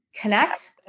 connect